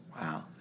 Wow